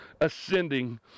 ascending